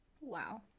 wow